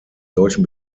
solchen